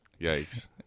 Yikes